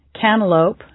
cantaloupe